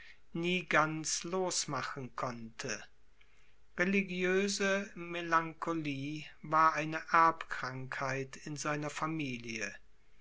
nie ganz losmachen konnte religiöse melancholie war eine erbkrankheit in seiner familie